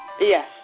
Yes